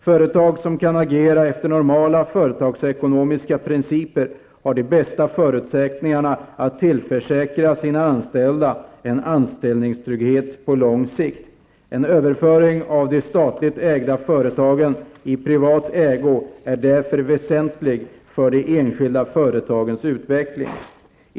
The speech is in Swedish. Företag som kan agera efter normala företagsekonomiska principer har de bästa förutsättningarna att tillförsäkra sina anställda anställningstrygghet på lång sikt. En överföring av de statligt ägda företagen till privat ägo är därför väsentlig för de enskilda företagens utveckling.